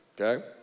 Okay